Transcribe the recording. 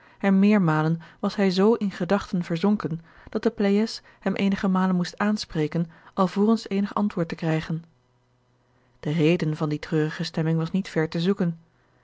en meermalen was hij zoo in gedachten verzonken dat de pleyes hem eenige malen moest aanspreken alvorens eenig antwoord te krijgen george een ongeluksvogel de reden van die treurige stemming was niet ver te zoeken